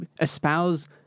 espouse